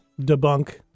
debunk